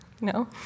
No